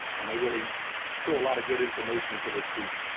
and they really show a lot of good information for the student.